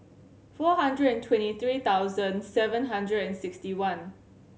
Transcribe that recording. four hundred and twenty three thousand seven hundred and sixty one